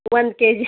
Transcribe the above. ಒಂದು K G